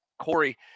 Corey